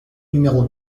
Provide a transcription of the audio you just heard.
numéro